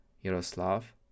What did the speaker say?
Yaroslav